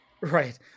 Right